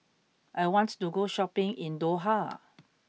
I want to go shopping in Doha